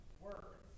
work